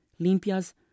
Limpias